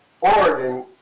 Oregon